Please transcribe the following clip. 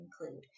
include